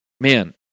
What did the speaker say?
man